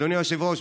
אדוני היושב-ראש,